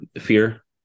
fear